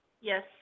Yes